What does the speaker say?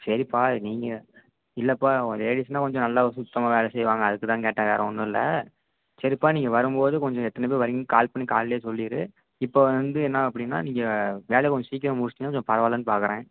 சரிப்பா நீங்கள் இல்லைப்பா லேடீஸ்னால் கொஞ்சம் நல்லா சுத்தமாக வேலை செய்வாங்க அதுக்கு தான் கேட்டேன் வேறு ஒன்றும் இல்லை சரிப்பா நீங்கள் வரும் போது கொஞ்சம் எத்தனை பேர் வரீங்கன்னு கால் பண்ணி காலையிலே சொல்லிடு இப்போ வந்து என்ன அப்படின்னா நீங்கள் வேலையை கொஞ்சம் சீக்கிரம் முடிச்சுட்டிங்கன்னா கொஞ்சம் பரவாயில்லன்னு பார்க்குறேன்